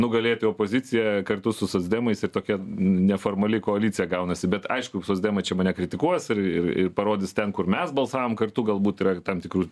nugalėti opoziciją kartu su socdemais ir tokia neformali koalicija gaunasi bet aišku socdemai čia mane kritikuos ir ir ir parodys ten kur mes balsavom kartu galbūt yra tam tikrų